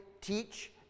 teach